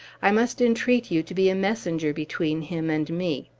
i must entreat you to be a messenger between him and me.